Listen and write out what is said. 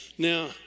Now